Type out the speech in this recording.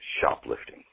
shoplifting